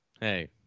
Hey